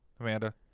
Amanda